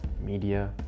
media